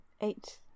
eight